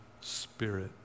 Spirit